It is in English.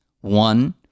One